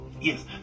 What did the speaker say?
Yes